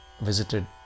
visited